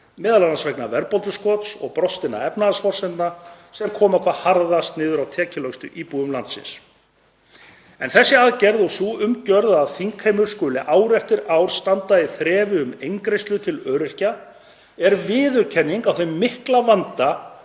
m.a. vegna verðbólguskots og brostinna efnahagsforsendna sem koma hvað harðast niður á tekjulægstu íbúum landsins. En þessi aðgerð og sú umgjörð að þingheimur skuli ár eftir ár standa í þrefi um eingreiðslu til öryrkja er viðurkenning á þeim mikla vanda